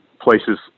places